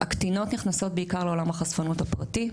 הקטינות נכנסות בעיקר לעולם החשפנות הפרטי.